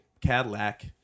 Cadillac